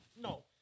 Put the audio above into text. No